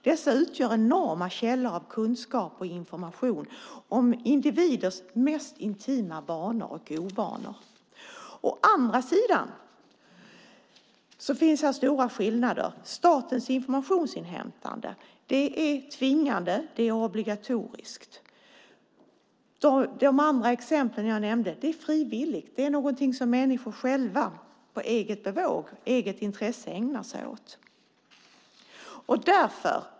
Dessa utgör enorma källor till kunskap och information om individers mest intima vanor och ovanor. Å andra sidan finns det stora skillnader. Statens informationsinhämtande är tvingande. Det är obligatoriskt. De andra exemplen jag nämnde är frivilliga. Det är någonting som människor på eget bevåg och av eget intresse ägnar sig åt.